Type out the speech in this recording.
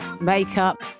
makeup